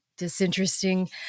disinteresting